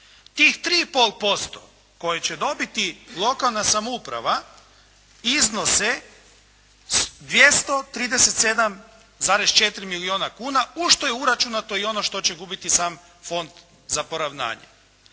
Tih 3,5% koje će dobiti lokalna samouprava iznose 237,4 milijuna kuna, u što je uračunato i ono što će gubiti sam Fond za poravnanje.